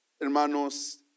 hermanos